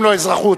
השר שלום שמחון,